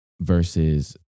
versus